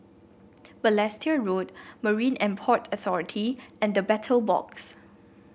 Balestier Road Marine And Port Authority and The Battle Box